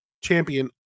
champion